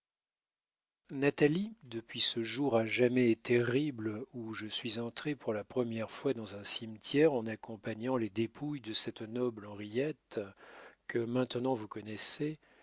natalie depuis ce jour à jamais terrible où je suis entré pour la première fois dans un cimetière en accompagnant les dépouilles de cette noble henriette que maintenant vous connaissez